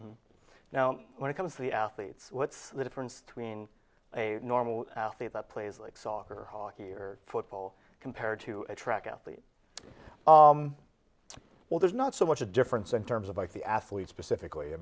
now when it comes to the athletes what's the difference between a normal athlete that plays like soccer hockey or football compared to a track athlete well there's not so much a difference in terms of like the athlete specifically i